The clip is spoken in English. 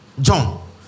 John